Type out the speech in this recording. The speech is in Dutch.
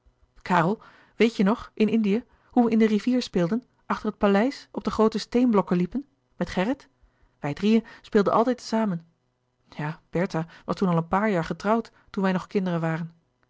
karel weet je nog in indië hoe we in de rivier speelden achter het paleis op de groote steenblokken liepen met gerrit wij drieën speelden altijd louis couperus de boeken der kleine zielen te zamen ja bertha was toen al een paar jaar getrouwd toen wij nog kinderen waren